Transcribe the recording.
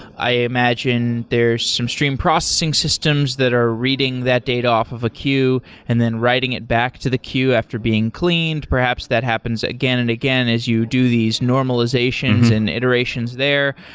i imagine there's some stream processing systems that are reading that data off of a queue and then writing it back to the queue after being cleaned. perhaps that happens again and again as you do these normalizations and iterations there.